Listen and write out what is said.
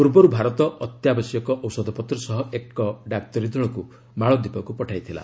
ପୂର୍ବର୍ତ୍ତ ଭାରତ ଅତ୍ୟବଶ୍ୟକ ଔଷଧପତ୍ର ସହ ଏକ ଡାକ୍ତରୀ ଦଳକୁ ମାଳଦୀପ ପଠାଇଥିଲା